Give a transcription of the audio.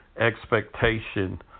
expectation